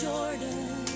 Jordan